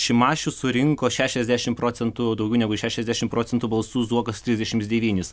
šimašius surinko šešiasdešim procentų daugiau negu šešiasdešim procentų balsų zuokas trisdešims devynis